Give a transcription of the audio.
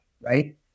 right